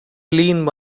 lean